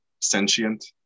sentient